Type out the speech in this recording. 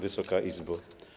Wysoka Izbo!